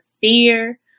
fear